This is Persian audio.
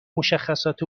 مشخصات